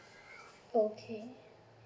okay